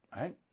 Right